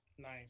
Nice